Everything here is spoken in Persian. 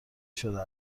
شده